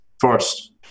first